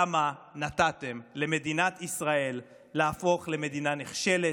למה נתתם למדינת ישראל להפוך למדינה נחשלת,